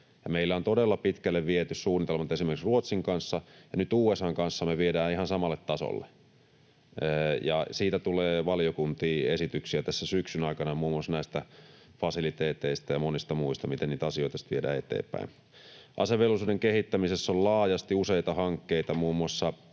meillä on todella pitkälle viety suunnitelmat esimerkiksi Ruotsin kanssa, ja nyt USA:n kanssa me viedään ihan samalle tasolle, ja siitä tulee valiokuntiin esityksiä tässä syksyn aikana muun muassa näistä fasiliteeteista ja monista muista, miten niitä asioita sitten viedään eteenpäin. Asevelvollisuuden kehittämisessä on laajasti useita hankkeita, muun muassa